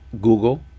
google